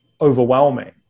overwhelming